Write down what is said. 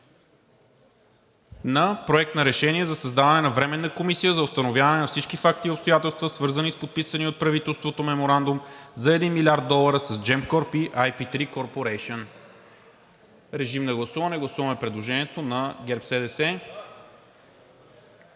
на Проект на решение за създаване на Временна комисия за установяване на всички факти и обстоятелства, свързани с подписания от правителството меморандум за 1 млрд. долара с Gemcorp IP3 Corporation. Гласуваме предложението на ГЕРБ-СДС.